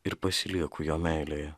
ir pasilieku jo meilėje